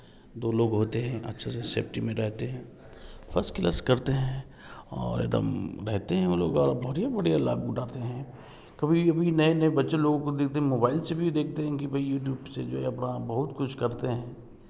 दो लोग होते हैं अच्छे से सेट में रहते हैं फर्स्ट क्लास करते हैं और एक दम बहते हैं वे लोग और बढ़िया बढ़िया लाभ उठाते हैं कभी कभी नए नए बच्चे लोगों देखते हैं मोबाईल से भी देखते हैं की भाई यूटूब से जो है अपना बहुत कुछ करते हैं